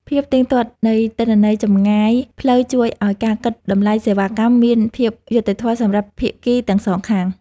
ភាពទៀងត្រង់នៃទិន្នន័យចម្ងាយផ្លូវជួយឱ្យការគិតតម្លៃសេវាកម្មមានភាពយុត្តិធម៌សម្រាប់ភាគីទាំងសងខាង។